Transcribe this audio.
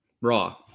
Raw